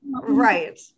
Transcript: Right